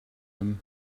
him